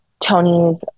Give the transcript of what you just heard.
Tony's